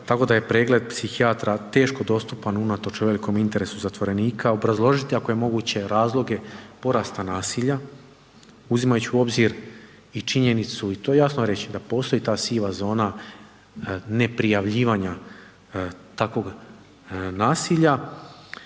tako da je pregled psihijatra teško dostupan unatoč velikom interesu zatvorenika, obrazložiti ako je moguće razloge porasta nasilja, uzimajući u obzir i činjenicu i to jasno reći, da postoji ta siva zona neprijavljivanja takvog nasilja.